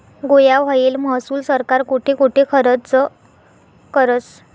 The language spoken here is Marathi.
गोया व्हयेल महसूल सरकार कोठे कोठे खरचं करस?